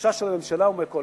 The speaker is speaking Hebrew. החשש של הממשלה הוא מהקואליציה.